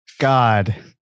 God